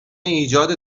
ایجاد